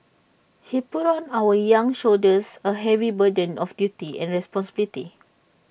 he put on our young shoulders A heavy burden of duty and responsibility